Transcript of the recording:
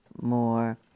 more